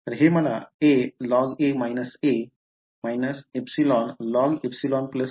तर हे मला alog - a - εlogεε देणार आहे